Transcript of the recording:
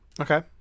Okay